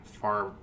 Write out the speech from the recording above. far